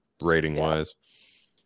rating-wise